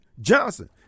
Johnson